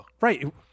right